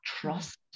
trust